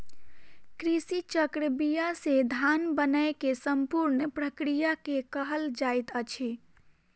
कृषि चक्र बीया से धान बनै के संपूर्ण प्रक्रिया के कहल जाइत अछि